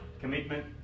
Commitment